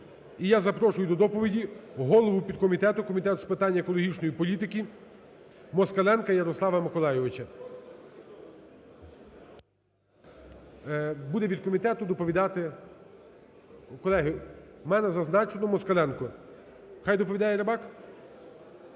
І я запрошую до доповіді голову підкомітету Комітету з питань екологічної політики Москаленка Ярослава Миколайовича. Буде від комітету доповідати, колеги, у мене зазначено: Москаленко. Хай доповідає Рибак?